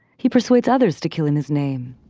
he persuades others to kill in his name.